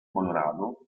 colorado